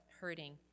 hurting